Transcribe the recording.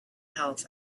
health